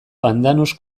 pandanus